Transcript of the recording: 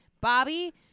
Bobby